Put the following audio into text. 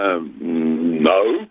No